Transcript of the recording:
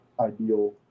ideal –